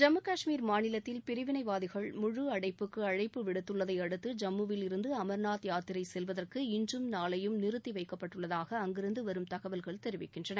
ஜம்மு கஷ்மீர் மாநிலத்தில் பிரிவினைவாதிகள் முழு அடைப்புக்கு அழைப்பு விடுத்துள்ளதை அடுத்து ஜம்முவில் இருந்து அம்நாத் யாத்திரை செல்வதற்கு இன்றும் நாளையும் நிறுத்தி வைக்கப்பட்டுள்ளதாக அங்கிருந்து வரும் தகவல்கள் தெரிவிக்கின்றன